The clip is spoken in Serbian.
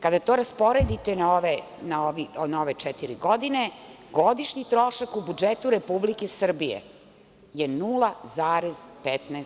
Kada to rasporedite na ove četiri godine, godišnji trošak u budžetu Republike Srbije je 0,15%